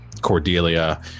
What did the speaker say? Cordelia